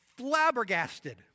flabbergasted